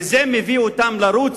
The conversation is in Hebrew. וזה מביא אותם לרוץ,